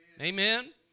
Amen